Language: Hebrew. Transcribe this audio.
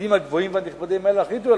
הפקידים הגבוהים והנכבדים האלה יחליטו,